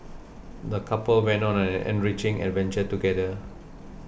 the couple went on an enriching adventure together